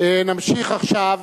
נמשיך עכשיו